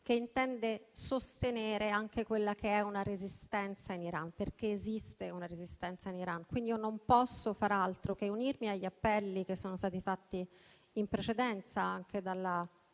intendono sostenere la resistenza in Iran, perché esiste una resistenza in Iran. Quindi io non posso far altro che unirmi agli appelli che sono stati fatti in precedenza anche dalla